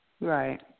Right